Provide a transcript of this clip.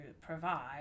provide